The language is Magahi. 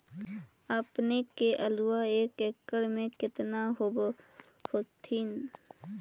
अपने के आलुआ एक एकड़ मे कितना होब होत्थिन?